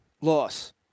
Loss